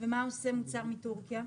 ומה עושה מוצר מתורכיה?